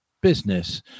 business